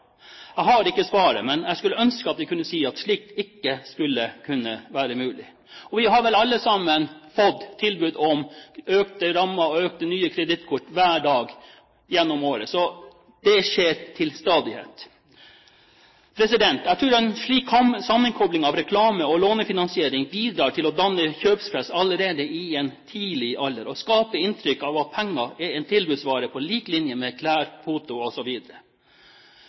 Jeg har ikke svaret, men jeg skulle ønske at vi kunne si at slikt ikke skal være mulig. Og vi har vel alle fått tilbud om økte rammer og nye kredittkort hver dag gjennom året. Det skjer til stadighet. Jeg tror en slik sammenkobling av reklame og lånefinansiering bidrar til å danne kjøpepress allerede i en tidlig alder, og skaper et inntrykk av at penger er en tilbudsvare på lik linje med klær, foto